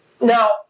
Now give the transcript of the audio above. Now